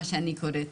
מה שנקרא.